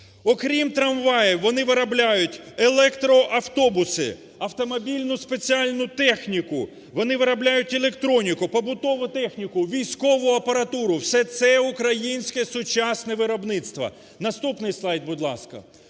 Окрім трамваїв вони виробляють електроавтобуси, автомобільну спеціальну техніку, вони виробляють електроніку, побутову техніку, військову апаратуру, все це - українське сучасне виробництво. Наступний слайд, будь ласка.